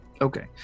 Okay